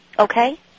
Okay